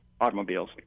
automobiles